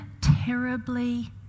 terribly